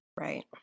Right